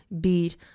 beat